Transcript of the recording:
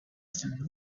some